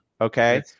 Okay